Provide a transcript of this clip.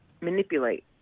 manipulate